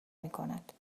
میکند